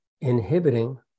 inhibiting